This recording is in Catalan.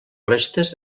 restes